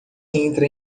entra